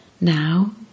Now